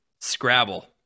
Scrabble